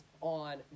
on